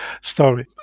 story